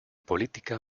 política